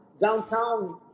downtown